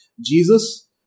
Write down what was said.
Jesus